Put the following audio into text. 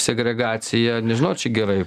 segregacija nežinau ar čia gerai